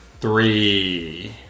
three